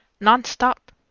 non-stop